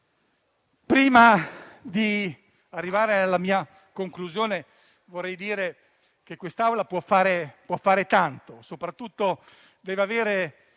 Prima di arrivare alla mia conclusione, vorrei dire che questa Assemblea può fare tanto; soprattutto ha il dovere